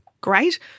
Great